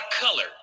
color